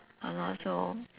!hannor! so